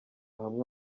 hamwe